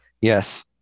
yes